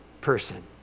person